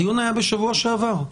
הדיון היה בשבוע שעבר.